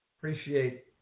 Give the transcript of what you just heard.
Appreciate